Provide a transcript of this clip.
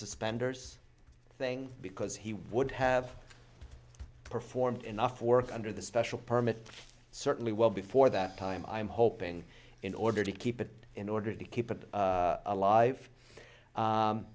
suspenders thing because he would have performed enough work under the special permit certainly well before that time i'm hoping in order to keep it in order to keep it alive